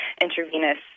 intravenous